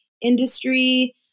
industry